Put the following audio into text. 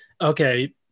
okay